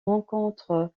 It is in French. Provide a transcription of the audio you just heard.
rencontre